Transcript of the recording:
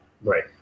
Right